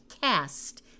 cast